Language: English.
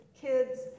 kids